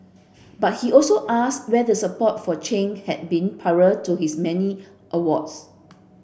but he also asks where the support for Chen had been prior to his many awards